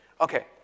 Okay